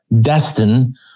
destined